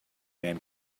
man